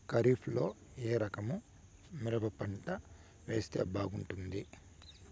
ఖరీఫ్ లో ఏ రకము మిరప పంట వేస్తే బాగుంటుంది